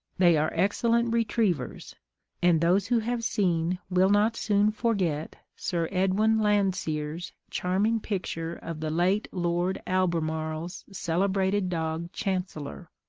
they are excellent retrievers and those who have seen will not soon forget sir edwin landseer's charming picture of the late lord albemarle's celebrated dog chancellor,